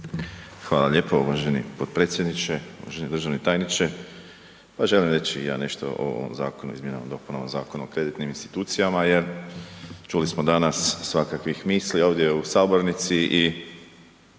Hvala lijepo uvaženi potpredsjedniče, uvaženi državni tajniče. Pa želim reći i ja nešto o ovom zakonu, Izmjenama i dopunama Zakona o kreditnim institucijama jer čuli smo danas svakakvih misli ovdje u sabornici i